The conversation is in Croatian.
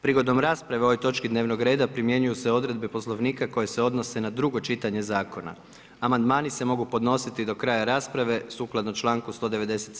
Prigodom rasprave o ovoj točki dnevnog reda primjenjuju se odredbe Poslovnika koje se odnose na drugo čitanje zakona. amandmani se mogu podnositi do kraja rasprave, sukladno članku 197.